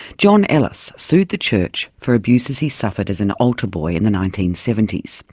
john ellis sued the church for abuses he suffered as an altar boy in the nineteen seventy s.